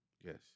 Yes